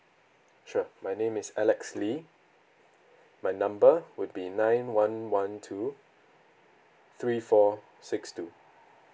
sure my name is alex lee my number would be nine one one two three four six two